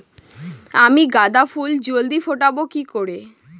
আমি গাঁদা ফুল জলদি ফোটাবো কি করে?